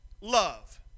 love